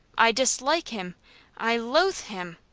i dislike him i loathe him.